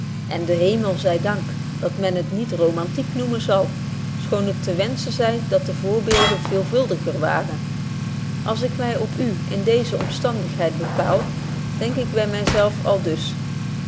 en den hemel zy dank dat men het niet romaniek noemen kan schoon het te wenschen zy dat de voorbeelden veelvuldiger waren als ik my op u in deeze omstandigheid bepaal denk ik by my zelf aldus